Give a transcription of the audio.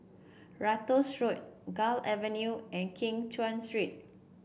Ratus Road Gul Avenue and Keng Cheow Street